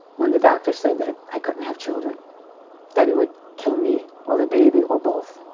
when the doctor said that i couldn't have children that it would kill, me or the baby or both